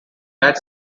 that